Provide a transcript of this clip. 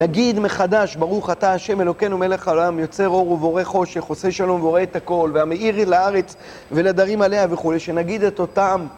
נגיד מחדש, ברוך אתה ה' אלוקינו מלך העולם, יוצר אור ובורא חושך, עושה שלום ובורא את הכל והמעיר לארץ ולדרים עליה וכו', שנגיד את אותם